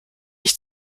ich